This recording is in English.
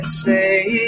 say